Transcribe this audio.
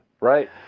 Right